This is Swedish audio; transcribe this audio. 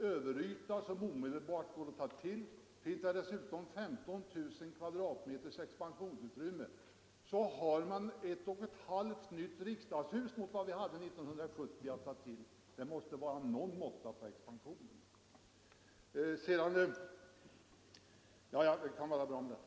överyta som omedelbart går att ta till och finns det dessutom 15 000 m” expansionsutrymme, så har vi ett och ett halvt nytt riksdagshus jämfört med vad vi hade 1970 att disponera. Det måste vara någon måtta på expansionen.